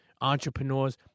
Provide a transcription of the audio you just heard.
Entrepreneurs